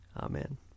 Amen